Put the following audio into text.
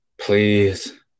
Please